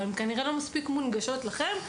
אבל הן כנראה לא מספיק מונגשות לכם.